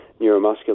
neuromuscular